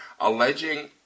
alleging